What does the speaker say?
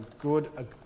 good